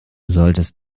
solltest